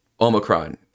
omicron